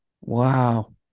Wow